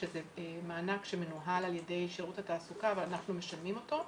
שזה מענק שמנוהל על ידי שירות התעסוקה אבל אנחנו משלמים אותו,